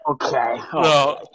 Okay